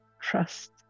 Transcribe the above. trust